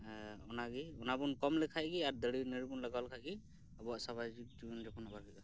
ᱚᱱᱟᱜᱮ ᱚᱱᱟᱵᱚᱱ ᱠᱚᱢ ᱞᱮᱠᱷᱟᱡ ᱜᱮ ᱟᱨ ᱫᱟᱨᱮ ᱱᱟᱹᱲᱤ ᱵᱚᱱ ᱞᱟᱜᱟᱣ ᱞᱮᱠᱷᱟᱡ ᱜᱮ ᱟᱵᱚᱣᱟᱜ ᱥᱟᱵᱷᱟᱵᱤᱠ ᱡᱤᱵᱚᱱ ᱡᱟᱯᱚᱱ ᱵᱷᱟᱜᱮᱜᱼᱟ